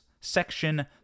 section